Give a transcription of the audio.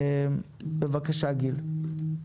בבקשה, גיל.